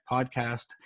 Podcast